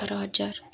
ଅଠର ହଜାର